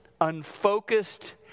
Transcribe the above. unfocused